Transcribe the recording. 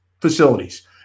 facilities